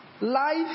life